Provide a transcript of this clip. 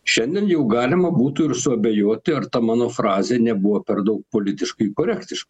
šiandien jau galima būtų ir suabejoti ar ta mano frazė nebuvo per daug politiškai korektiš